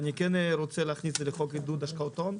אני רוצה להכניס לחוק עידוד השקעות הון.